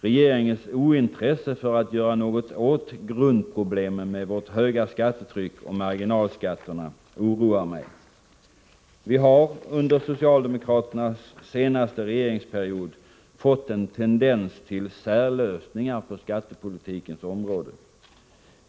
Regeringens ointresse för att göra något åt grundproblemen med vårt höga skattetryck och marginalskatterna oroar mig. Vi har under socialdemokraternas senaste regeringsperiod fått en tendens till särlösningar på skattepolitikens område.